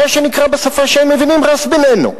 מה שנקרא בשפה שהם מבינים "ראס בין עינו".